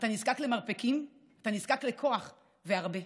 אתה נזקק למרפקים, אתה נזקק לכוח, והרבה.